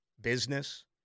business